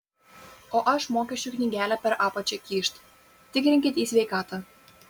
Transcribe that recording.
o aš mokesčių knygelę per apačią kyšt tikrinkit į sveikatą